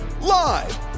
live